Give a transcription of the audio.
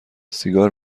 سیگار